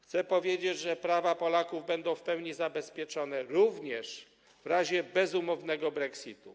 Chcę powiedzieć, że prawa Polaków będą w pełni zabezpieczone również w razie bezumownego brexitu.